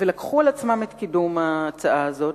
ולקחו על עצמם את קידום ההצעה הזאת,